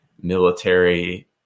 military